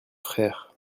frère